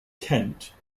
kent